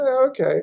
okay